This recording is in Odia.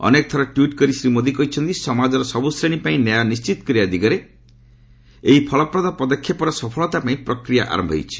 ଅନେକଥର ଟ୍ଟିଟ୍ କରି ଶ୍ରୀ ମୋଦି କହିଛନ୍ତି ସମାଜର ସବୁ ଶ୍ରେଣୀ ପାଇଁ ନ୍ୟାୟ ନିଶ୍ଚିତ କରିବା ଦିଗରେ ଏହି ଫଳପ୍ରଦ ପଦକ୍ଷେପର ସଫଳତା ପାଇଁ ପ୍ରକ୍ରିୟା ଆରମ୍ଭ ହୋଇଛି